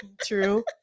True